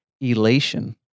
elation